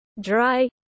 dry